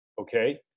okay